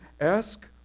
ask